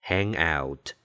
Hangout